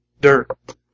dirt